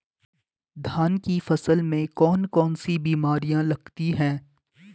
धान की फसल में कौन कौन सी बीमारियां लगती हैं?